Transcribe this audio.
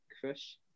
crush